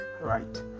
right